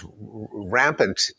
rampant